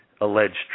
alleged